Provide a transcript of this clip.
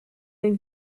and